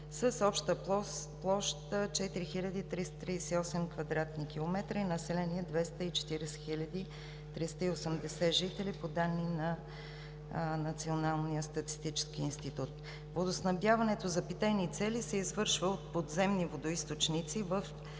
с обща площ 4338 кв. км и население 240 380 жители по данни на Националния статистически институт. Водоснабдяването за питейни цели се извършва от подземни водоизточници в